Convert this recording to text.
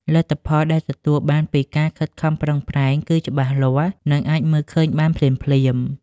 លទ្ធផលដែលទទួលបានពីការខិតខំប្រឹងប្រែងគឺច្បាស់លាស់ និងអាចមើលឃើញបានភ្លាមៗ។